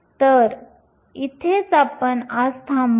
तर इथेच आपण आज थांबू